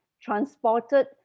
transported